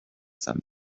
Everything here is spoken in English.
sun